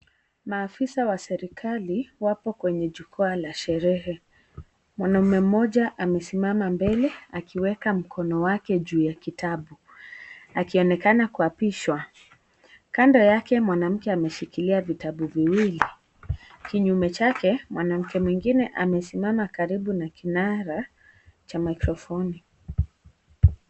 Maafisa wa serikali wapo kwenye jukwaa la sherehe. Mwanaume mmoja amesimama mbele akiweka mkono wake juu ya kitabu akionekana kuapishwa, kando yake mwanamke ameshikilia vitabu viwili ,kinyume chake mwanamke mwingine amesimama karibu na kinara cha (CS)mikrophoni (CS).